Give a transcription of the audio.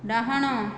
ଡାହାଣ